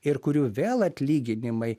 ir kurių vėl atlyginimai